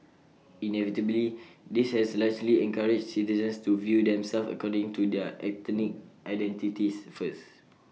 inevitably this has largely encouraged citizens to view themselves according to their ethnic identities first